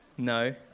No